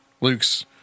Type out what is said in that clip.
Luke's